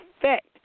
effect